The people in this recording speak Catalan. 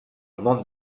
món